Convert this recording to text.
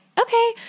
okay